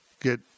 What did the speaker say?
Get